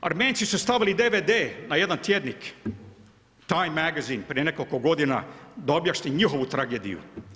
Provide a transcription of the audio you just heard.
Armenci su stavili DVD na jedan tjednik, Time magazine prije nekoliko godina da objasne njihovu tragediju.